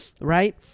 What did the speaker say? right